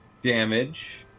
damage